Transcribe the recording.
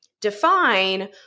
define